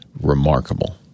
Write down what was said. remarkable